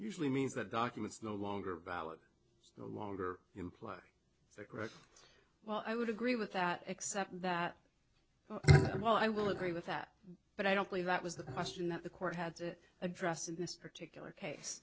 usually means that documents no longer valid no longer imply a correct well i would agree with that except that well i will agree with that but i don't believe that was the question that the court had to address in this particular case